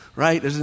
right